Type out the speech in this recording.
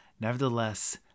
Nevertheless